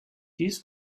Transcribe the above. dies